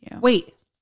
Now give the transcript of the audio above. Wait